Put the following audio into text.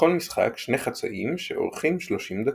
לכל משחק שני חצאים שאורכים 30 דקות.